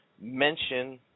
mention